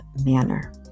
manner